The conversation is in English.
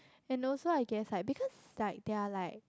and also I guess like because like they are like